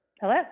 Hello